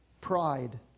pride